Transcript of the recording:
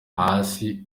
hasi